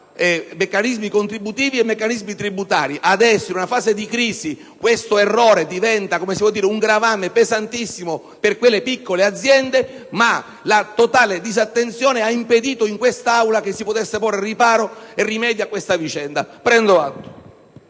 meccanismi contributivi e meccanismi tributari. Adesso, in una fase di crisi, questo errore diventa un gravame pesantissimo per quelle piccole aziende, ma la totale disattenzione ha impedito in quest'Aula che si potesse porre riparo e rimedio a questa vicenda. Ne prendo atto.